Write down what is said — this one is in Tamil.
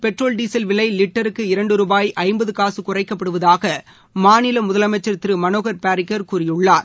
பெட்ரோல் டீசல் விலைலிட்டருக்கு கோவாவில் இரண்டு ருபாய் ஐம்பதுகாககுறைக்கப்படுவதாகமாநிலமுதலமைச்சர் திருமனோகர் பாரிக்கர் கூறியுள்ளார்